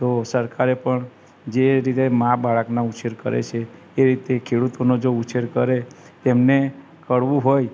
તો સરકારે પણ જે રીતે મા બાળકના ઉછેર કરે છે એ રીતે ખેડૂતોનો જો ઉછેર કરે તેમને કડવું હોય